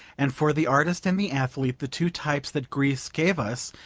and for the artist and the athlete, the two types that greece gave us,